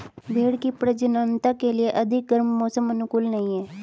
भेंड़ की प्रजननता के लिए अधिक गर्म मौसम अनुकूल नहीं है